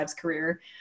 career